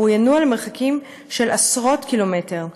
והוא ינוע למרחקים של עשרות קילומטרים,